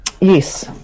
Yes